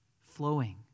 Flowing